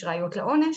יש ראיות לעונש.